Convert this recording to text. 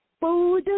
food